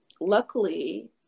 Luckily